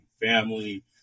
family